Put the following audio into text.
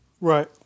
Right